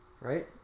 right